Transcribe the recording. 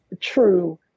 true